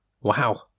Wow